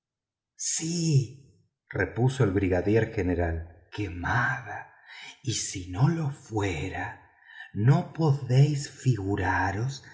repuso el brigadier general quemada y si no lo fuera no podéis figuraros